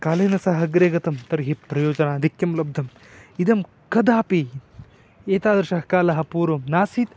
कालेन सह अग्रे गतं तर्हि प्रयोजनाधिक्यं लब्धम् इदं कदापि एतादृशः कालः पूर्वं नासीत्